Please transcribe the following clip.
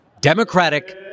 democratic